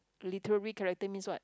literary character means what